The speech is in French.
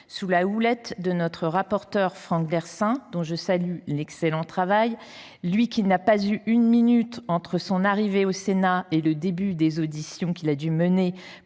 Sous la houlette de notre rapporteur, Franck Dhersin, dont je salue l’excellent travail – il n’a pourtant pas eu une minute entre son arrivée au Sénat et le début des auditions qu’il a dû mener